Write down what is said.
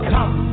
Come